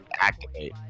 activate